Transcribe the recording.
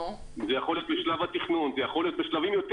וזה יכול להיות בשלב התכנון וזה יכול להיות בשלבים יותר